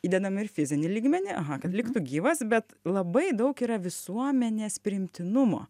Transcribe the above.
įdedam ir fizinį lygmenį aha kad liktų gyvas bet labai daug yra visuomenės priimtinumo